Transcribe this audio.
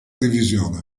divisione